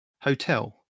Hotel